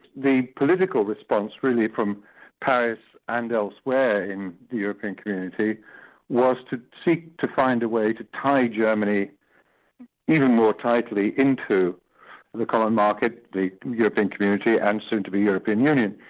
the political response really from paris and elsewhere in and the european community was to seek to find a way to tie germany even more tightly into the common market, the european community, and soon to be european union,